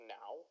now